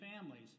families